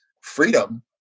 freedom